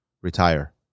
retire